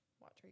Watch